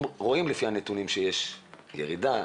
רואים לפי הנתונים שיש ירידה.